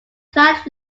plant